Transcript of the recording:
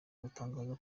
gutangaza